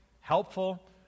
helpful